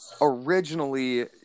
originally